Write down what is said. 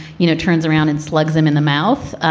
you know, turns around and slugs them in the mouth,